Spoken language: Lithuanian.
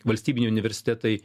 valstybiniai universitetai